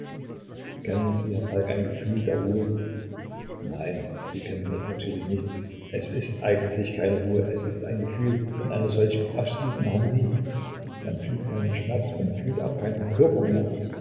kennen sie herr falk ein gefühl der ruhe nein sie kennen es natürlich nicht es ist eigentlich keine ruhe es ist ein gefühl von einer solch absoluten harmonie man fühlt keinen schmerz man fühlt auch keinen körper mehr